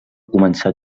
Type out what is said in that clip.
començar